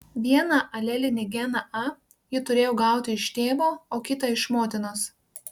vieną alelinį geną a ji turėjo gauti iš tėvo o kitą iš motinos